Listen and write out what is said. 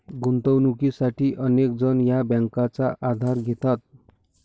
गुंतवणुकीसाठी अनेक जण या बँकांचा आधार घेतात